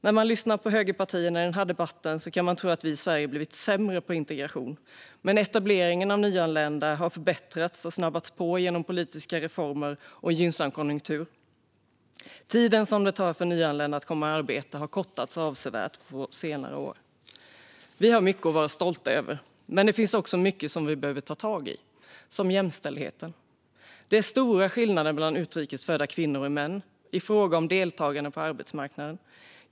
När man lyssnar på högerpartierna i denna debatt kan man tro att vi i Sverige blivit sämre på integration, men etableringen av nyanlända har förbättrats och snabbats på genom politiska reformer och en gynnsam konjunktur. Tiden som det tar för nyanlända att komma i arbete har kortats avsevärt på senare år. Vi har mycket att vara stolta över. Men det finns också mycket vi behöver ta tag i, som jämställdheten. Bland utrikes födda är det stora skillnader mellan kvinnor och män i fråga om deltagande på arbetsmarknaden.